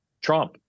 Trump